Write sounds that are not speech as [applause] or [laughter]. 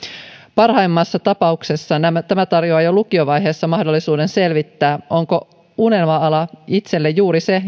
parhaimmassa tapauksessa tämä tarjoaa jo lukiovaiheessa mahdollisuuden selvittää onko unelma ala itselle juuri se [unintelligible]